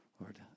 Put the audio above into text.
Lord